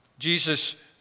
Jesus